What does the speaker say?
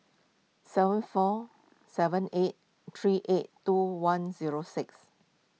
seven four seven eight three eight two one zero six